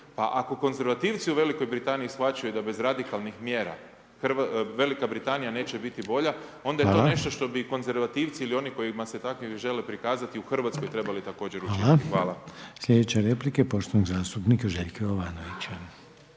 ako konzervativci u V. Britaniji shvaćaju da bez radikalnih mjera V. Britanija neće biti bolja onda je to nešto što bi konzervativci ili oni kojima se takvi žele prikazati u Hrvatskoj, trebalo također učiniti. Hvala. **Reiner, Željko (HDZ)** Hvala. Slijedeća replika je poštovanog zastupnika Željka Jovanovića.